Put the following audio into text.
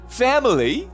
family